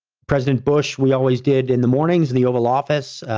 president bush we always did in the mornings in the oval office.